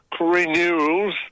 renewals